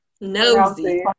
Nosy